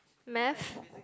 Math